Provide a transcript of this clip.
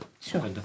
Sure